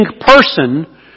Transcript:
person